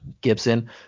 Gibson